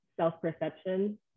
self-perception